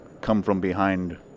Come-from-behind